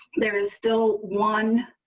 there is still one